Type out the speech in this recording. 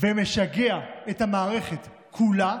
ומשגע את המערכת כולה,